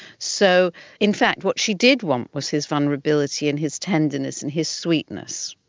so in fact what she did want was his vulnerability and his tenderness and his sweetness.